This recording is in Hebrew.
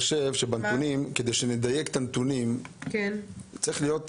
כדי שנדייק את הנתונים זה לא צריך להיות